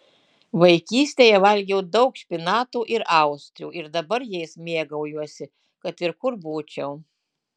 vaikystėje valgiau daug špinatų ir austrių ir dabar jais mėgaujuosi kad ir kur būčiau